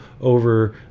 over